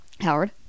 Howard